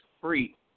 free